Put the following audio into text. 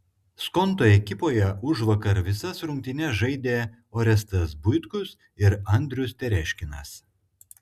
skonto ekipoje užvakar visas rungtynes žaidė orestas buitkus ir andrius tereškinas